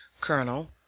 Colonel